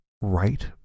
right